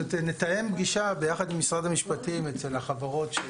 נתאם פגישה ביחד עם משרד המשפטים אצל החברות.